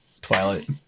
Twilight